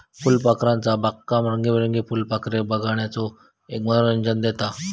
फुलपाखरूचा बागकाम रंगीबेरंगीत फुलपाखरे बघण्याचो एक मनोरंजन देता